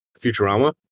Futurama